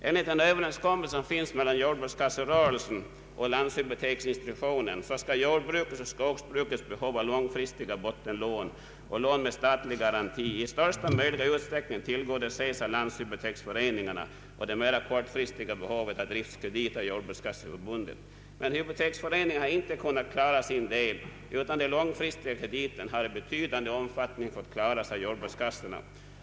Enligt en överenskommelse mellan jordbrukskasserörelsen och landshypoteksinstitutionen skall jordbrukets och skogsbrukets behov av långfristiga bottenlån och lån med statlig garanti i största möjliga utsträckning tillgodoses av landshypoteksföreningarna och det mera kortfristiga behovet av driftskrediter via Jordbrukskasseförbundet. Men hypoteksföreningarna har inte kunnat klara sin del, utan de långfristiga krediterna har i betydande omfattning fått klaras av jordbrukskassorna.